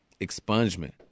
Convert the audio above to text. expungement